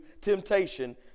temptation